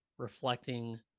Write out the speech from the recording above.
reflecting